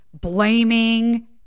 blaming